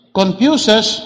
confuses